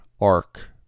arc